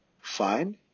Fine